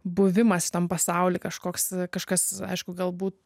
buvimas šitam pasauly kažkoks kažkas aišku galbūt